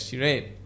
right